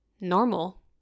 normal